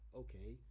okay